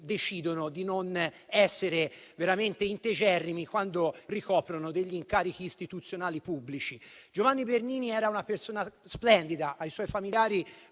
decidono di non essere veramente integerrimi quando ricoprono incarichi istituzionali pubblici. Giovanni Bernini era una persona splendida: ai suoi familiari